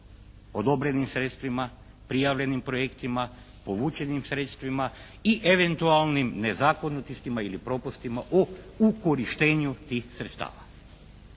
odobrenim sredstvima, prijavljenim projektima, povučenim sredstvima i eventualnim nezakonitostima ili propustima u korištenju tih sredstava.